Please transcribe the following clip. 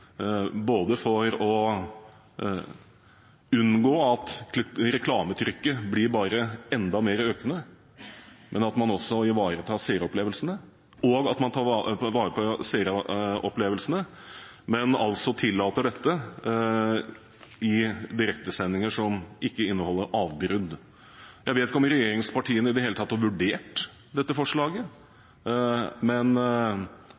for å unngå at reklametrykket bare blir enda mer økende, og ivaretar også seeropplevelsene. Man tillater altså dette i direktesendinger som ikke inneholder avbrudd. Jeg vet ikke om regjeringspartiene i det hele tatt har vurdert dette forslaget, men